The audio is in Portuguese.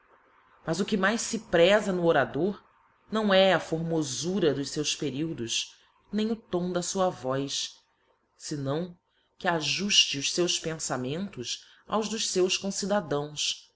mas o que mais fe prefa no orador não c a formofura dos feus periodos nem o tom da fua voz fenão que ajulle os feus penfamentos aos dos feus concidadãos